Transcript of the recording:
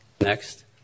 Next